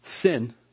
Sin